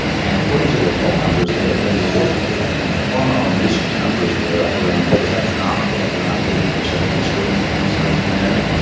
and according to their poll numbers, they had been rewarded for that. you know, cuomo and newsom's numbers were up around what is astronomical, up around eighty percent at certain points during the pandemic.